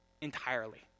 entirely